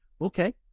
okay